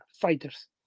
fighters